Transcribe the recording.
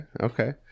okay